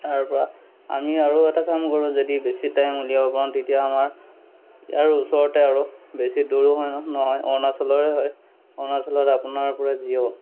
তাৰপৰা আমি আৰু এটা কাম কৰোঁ যদি বেছি টাইম উলিয়াব পাৰোঁ তেতিয়া আমাৰ ইয়াৰ ওচৰতে আৰু বেছি দূৰো হয় নহয় অৰুণাচলৰে হয় অৰুণাচলত আপোনাৰ পৰে জিঅ'